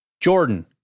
Jordan